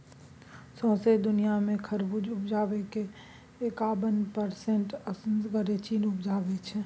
सौंसे दुनियाँ मे खरबुज उपजाक एकाबन परसेंट असगर चीन उपजाबै छै